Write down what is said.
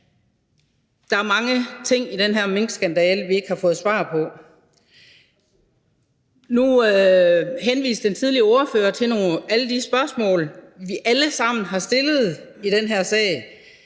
Der er mange ting i den her minkskandale, vi ikke har fået svar på. Nu henviste den tidligere ordfører til alle de spørgsmål, vi alle sammen har stillet i den her sag.